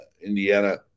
Indiana